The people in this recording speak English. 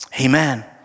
Amen